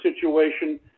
situation